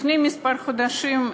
לפני כמה חודשים,